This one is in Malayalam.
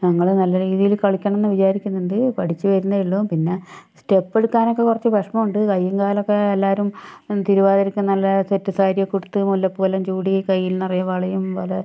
ഞങ്ങൾ നല്ല രീതിയിൽ കളിക്കണം എന്ന് വിചാരിക്കുന്നുണ്ട് പഠിച്ച് വരുന്നതേയുള്ളൂ പിന്നെ സ്റ്റെപ്പ് എടുക്കാനൊക്കെ കുറച്ച് വിഷമമുണ്ട് കയ്യും കാലുമൊക്കെ എല്ലാവരും തിരുവാതിരയ്ക്ക് നല്ല സെറ്റ് സാരിയൊക്കെ ഉടുത്ത് മുല്ലപ്പൂവെല്ലാം ചൂടി കയ്യിൽ നിറയെ വളയും പല